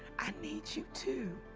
i need you, too.